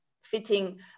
fitting